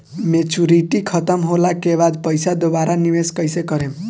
Maturity खतम होला के बाद पईसा दोबारा निवेश कइसे करेम?